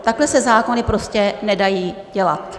Takhle se zákony prostě nedají dělat.